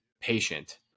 patient